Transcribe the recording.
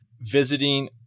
visiting